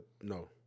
no